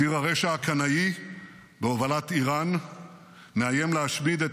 ציר הרשע הקנאי בהובלת איראן מאיים להשמיד את